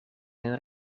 een